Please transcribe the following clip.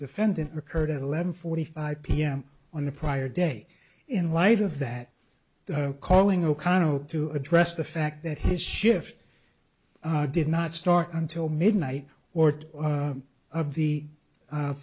defendant occurred at eleven forty five pm on the prior day in light of that calling o'connell to address the fact that his shift did not start until midnight or two of the